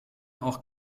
auch